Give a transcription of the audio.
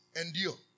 endure